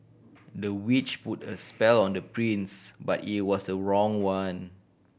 the witch put a spell on the prince but it was the wrong one